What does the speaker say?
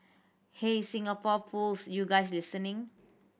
hey Singapore Pools you guys listening